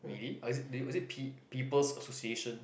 really or is it do you or is it pe~ people's association